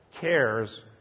cares